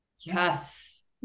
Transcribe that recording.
Yes